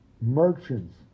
merchants